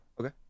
okay